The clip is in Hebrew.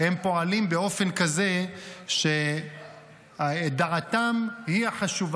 הם פועלים באופן כזה שדעתם היא החשובה,